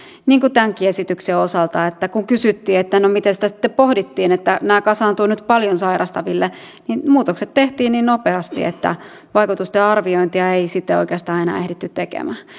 tämänkin esityksen osalta kun kysyttiin että no mitenkäs tätä sitten pohdittiin että nämä kasaantuvat nyt paljon sairastaville niin muutokset tehtiin niin nopeasti että vaikutusten arviointia ei sitten oikeastaan enää ehditty tekemään